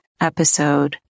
episode